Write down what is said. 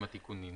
עם התיקונים.